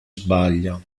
sbaglia